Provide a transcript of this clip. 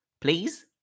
please